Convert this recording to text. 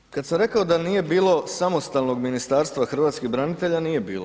Dakle, kad sam rekao da nije bilo samostalnog Ministarstva hrvatskih branitelja, nije bilo.